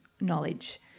knowledge